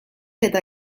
eta